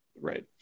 Right